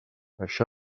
això